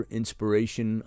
inspiration